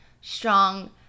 strong